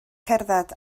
cerdded